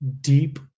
deep